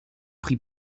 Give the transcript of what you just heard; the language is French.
prit